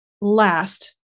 last